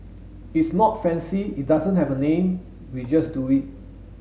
it's not fancy it doesn't have a name we just do it